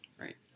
Right